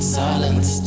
silence